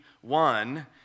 one